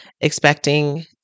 expecting